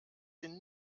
den